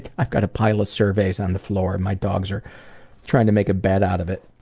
i've got a pile of surveys on the floor, and my dogs are trying to make a bed out of it.